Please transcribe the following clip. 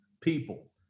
people